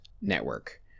Network